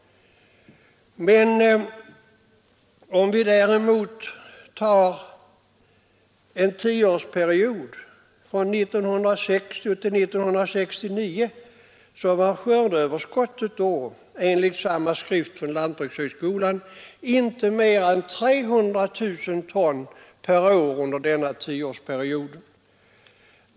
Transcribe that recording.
Men under tioårsperioden från 1960 till 1969 var skördeöverskottet, enligt samma skrift från lantbrukshögskolan, inte mer än ca 300 000 ton per år.